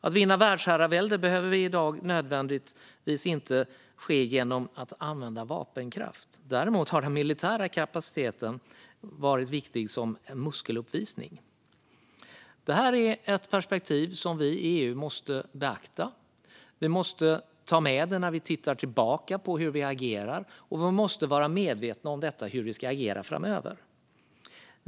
Att vinna världsherravälde behöver i dag inte nödvändigtvis ske genom att använda vapenkraft. Däremot har den militära kapaciteten varit viktig som muskeluppvisning. Detta är ett perspektiv som vi i EU måste beakta. Vi måste ta med det när vi tittar tillbaka på hur vi agerat, och vi måste vara medvetna om det när vi agerar framöver.